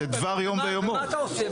ומה אתה עושה?